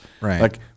Right